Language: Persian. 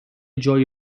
جای